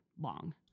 long